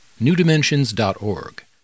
newdimensions.org